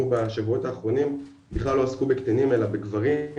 בשבועות האחרונים בכלל לא עסקו בקטינים אלא בגברים.